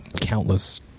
countless